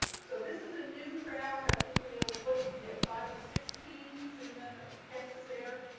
so this is a new track i think we have, what did we get, five or six teams in the texas air?